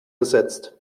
gesetzt